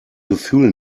gefühl